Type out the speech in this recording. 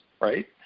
right